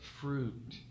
fruit